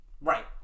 Right